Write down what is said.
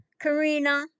Karina